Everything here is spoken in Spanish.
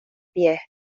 pies